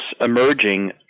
emerging